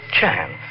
chance